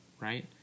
right